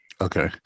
Okay